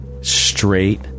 straight